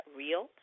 real